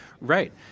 Right